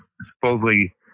supposedly